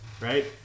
Right